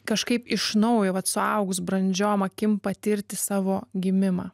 kažkaip iš naujo vat suaugus brandžiom akim patirti savo gimimą